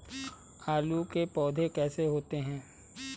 आलू के पौधे कैसे होते हैं?